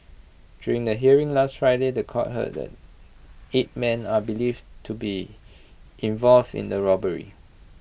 during the hearing last Friday The Court heard that eight men are believed to be involved in the robbery